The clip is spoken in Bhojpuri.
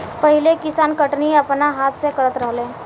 पहिले के किसान कटनी अपना हाथ से करत रहलेन